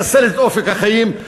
מחסלת את אופק החיים,